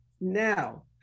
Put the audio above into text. now